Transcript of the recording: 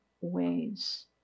ways